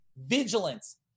vigilance